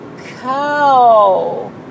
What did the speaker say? Cow